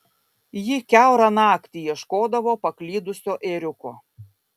ji kiaurą naktį ieškodavo paklydusio ėriuko